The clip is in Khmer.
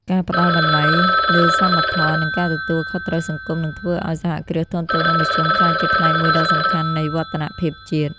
ការផ្ដល់តម្លៃលើសមធម៌ និងការទទួលខុសត្រូវសង្គម នឹងធ្វើឱ្យ សហគ្រាសធុនតូច និងមធ្យម ក្លាយជាផ្នែកមួយដ៏សំខាន់នៃវឌ្ឍនភាពជាតិ។